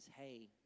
hey